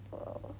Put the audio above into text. err